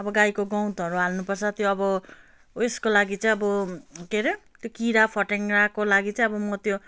अब गाईको गउँतहरू हाल्नुपर्छ त्यो अब उयेसको लागि चाहिँ अब के अरे त्यो किरा फटेङ्ग्राको लागि चाहिँ अब म त्यो